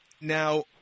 Now